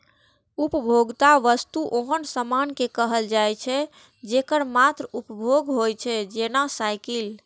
उपभोक्ता वस्तु ओहन सामान कें कहल जाइ छै, जेकर मात्र उपभोग होइ छै, जेना साइकिल